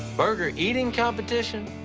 burger-eating competition?